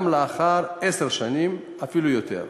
גם לאחר עשר שנים, ואפילו יותר.